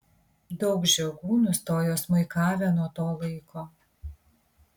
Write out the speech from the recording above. daug žiogų nustojo smuikavę nuo to laiko